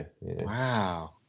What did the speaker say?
Wow